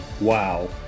Wow